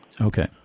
Okay